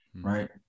right